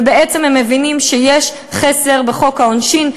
ובעצם הם מבינים שיש חסר בחוק העונשין,